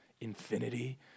infinity